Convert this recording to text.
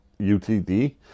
UTD